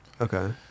Okay